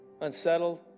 Unsettled